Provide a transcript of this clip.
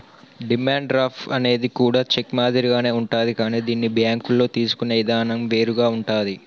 demand draft అనేది కూడా cheque మాదిరిగానే ఉంటాది కానీ దీన్ని బ్యేంకుల్లో తీసుకునే ఇదానం వేరుగా ఉంటాది